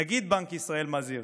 נגיד בנק ישראל מזהיר,